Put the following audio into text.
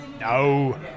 No